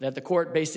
that the court bas